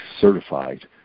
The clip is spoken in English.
certified